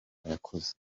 yakoze